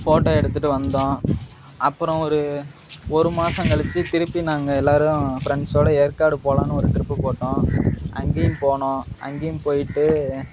photo எடுத்துட்டு வந்தோம் அப்புறம் ஒரு ஒரு மாதம் கழிச்சி திருப்பி நாங்கள் எல்லாரும் ஃப்ரெண்ட்ஸோட ஏற்காடு போகலான்னு ஒரு ட்ரிப்பு போட்டோம் அங்கேயும் போனோம் அங்கேயும் போய்ட்டு